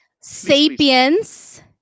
Sapiens